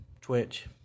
Twitch